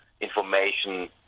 information